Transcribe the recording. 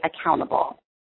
accountable